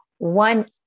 One